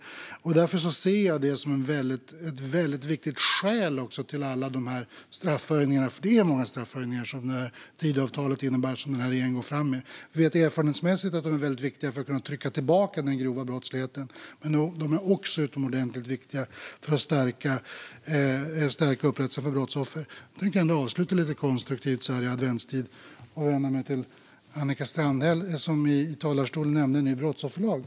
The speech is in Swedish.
Därför ser jag detta som ett väldigt viktigt skäl till straffhöjningar. Tidöavtalet innebär många straffhöjningar som den här regeringen går fram med. Vi vet erfarenhetsmässigt att de är väldigt viktiga för att trycka tillbaka den grova brottsligheten. Men de är också utomordentligt viktiga för att stärka upprättelsen för brottsoffer. Sedan vill jag avsluta lite konstruktivt så här i adventstid och vända mig till Annika Strandhäll, som i talarstolen nämnde en ny brottsofferlag.